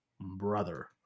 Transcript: brother